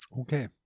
okay